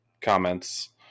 comments